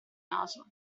naso